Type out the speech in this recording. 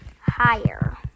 higher